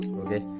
okay